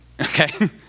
okay